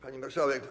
Pani Marszałek!